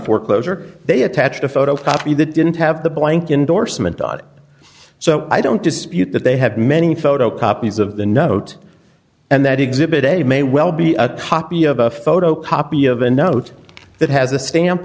foreclosure they attached a photocopy that didn't have the blank indorsement dot so i don't dispute that they have many photocopies of the note and that exhibit a may well be a copy of a photocopy of a note that has a stamp